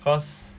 cause